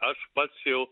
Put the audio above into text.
aš pats jau